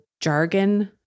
jargon